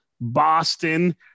Boston